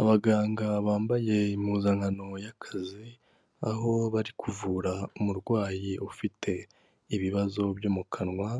Abaganga bambaye impuzankano y'akazi, aho bari kuvura umurwayi ufite ibibazo byo mu kanwa,